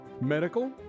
medical